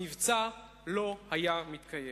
המבצע לא היה מתקיים.